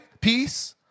peace